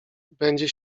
będzie